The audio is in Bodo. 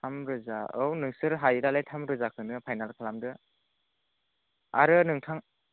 थाम रोजा औ नोंसोर हायो बालाय थाम रोजा खौनो फाइनाल खालामदो आरो नोंथां